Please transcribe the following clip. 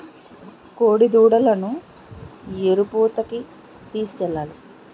కోడిదూడలను ఎరుపూతకి తీసుకెళ్లాలి